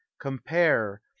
compare